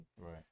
Right